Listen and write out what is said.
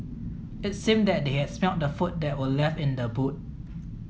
it seemed that they had smelt the food that were left in the boot